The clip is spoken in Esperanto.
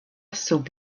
sub